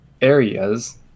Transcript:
areas